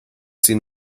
seen